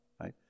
right